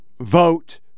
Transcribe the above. Vote